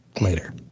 later